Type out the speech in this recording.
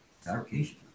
fabrication